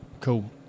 cool